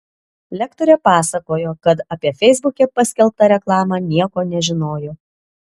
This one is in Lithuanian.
lektorė pasakojo kad apie feisbuke paskelbtą reklamą nieko nežinojo